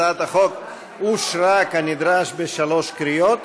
הצעת החוק התקבלה כנדרש בשלוש קריאות.